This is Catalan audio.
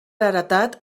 heretat